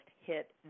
hit